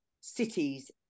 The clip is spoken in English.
cities